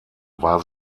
war